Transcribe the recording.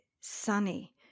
Sunny